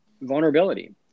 vulnerability